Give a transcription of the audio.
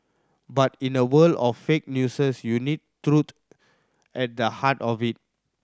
but in a world of fake you need truth at the heart of it